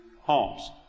homes